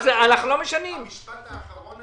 המשפט האחרון הזה.